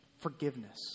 forgiveness